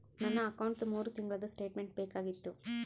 ನನ್ನ ಅಕೌಂಟ್ದು ಮೂರು ತಿಂಗಳದು ಸ್ಟೇಟ್ಮೆಂಟ್ ಬೇಕಾಗಿತ್ತು?